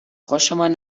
خوشمان